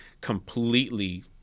completely